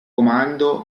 comando